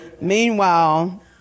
Meanwhile